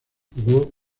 jugó